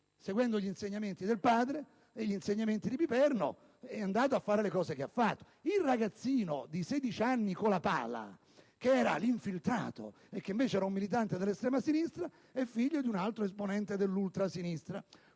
seguendo gli insegnamenti del padre e di Piperno, è andato a fare le cose che ha fatto. Il ragazzino di 16 anni con la pala, il cosiddetto infiltrato, che invece era un militante dell'estrema sinistra, è figlio di un altro esponente dell'ultrasinistra.